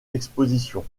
expositions